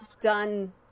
done